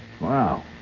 wow